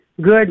Good